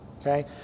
Okay